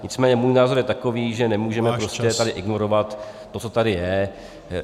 Nicméně můj názor je takový , že nemůžeme tady ignorovat to, co tady je.